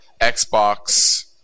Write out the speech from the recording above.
Xbox